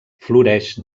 floreix